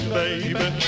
baby